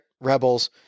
Rebels